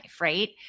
right